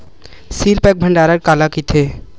Seal pack भंडारण काला कइथे?